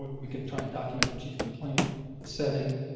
we can find documents of chief complaint, the setting,